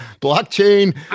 Blockchain